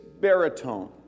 baritone